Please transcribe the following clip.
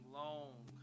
long